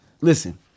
listen